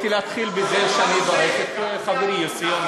רציתי להתחיל בזה שאני אברך את חברי יוסי יונה